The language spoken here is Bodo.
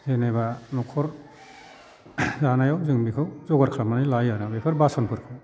जेनोबा न'खर जानायाव जों बेखौ जगार खालामनानै लायो आरो बेफोर बासनफोरखौ